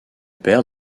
père